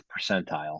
percentile